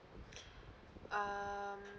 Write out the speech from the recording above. um